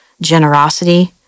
generosity